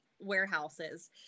warehouses